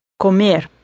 Comer